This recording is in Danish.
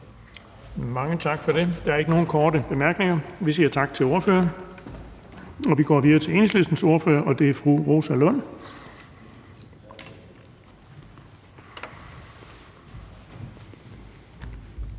Bonnesen): Der er ikke nogen korte bemærkninger. Vi siger tak til ordføreren. Vi går videre til Enhedslistens ordfører, og det er fru Rosa Lund.